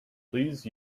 please